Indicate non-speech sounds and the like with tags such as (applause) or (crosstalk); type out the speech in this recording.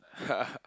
(laughs)